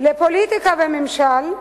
לפוליטיקה וממשל",